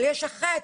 אבל יש אחת